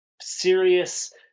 serious